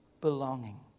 belonging